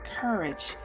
COURAGE